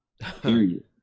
Period